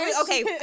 Okay